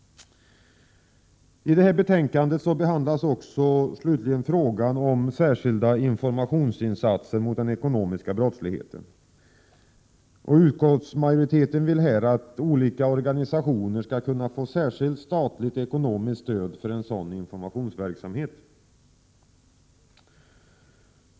I betänkandet behandlas också frågan om särskilda informationsinsatser mot den ekonomiska brottsligheten. Utskottsmajoriteten vill här att olika organisationer skall kunna få särskilt statligt ekonomiskt stöd för en sådan informationsverksamhet.